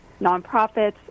nonprofits